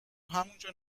همونجا